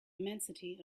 immensity